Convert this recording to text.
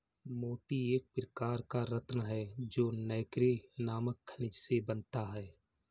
मोती एक प्रकार का रत्न है जो नैक्रे नामक खनिज से बनता है